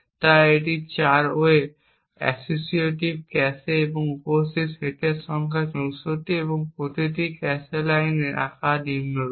তাই এটি 8 way associative cache এবং উপস্থিত সেটের সংখ্যা 64 এবং উপস্থিত প্রতিটি ক্যাশে লাইনের আকার নিম্নরূপ